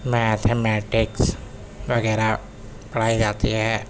mathematics وغیرہ پڑھائی جاتی ہے